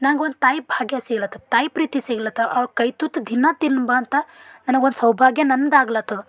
ನಂಗೆ ಒಂದು ತಾಯಿ ಭಾಗ್ಯ ಸಿಗ್ಲತ್ತದ ತಾಯಿ ಪ್ರೀತಿ ಸಿಗ್ಲತದ ಅವ್ಳ ಕೈ ತುತ್ತು ದಿನ ತಿನ್ನು ಬಾ ಅಂತ ನನಗೆ ಒಂದು ಸೌಭಾಗ್ಯ ನಂದು ಆಗ್ಲತ್ತದ